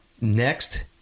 Next